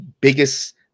biggest